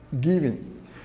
giving